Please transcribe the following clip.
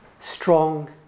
strong